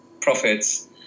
profits